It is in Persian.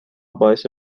باعث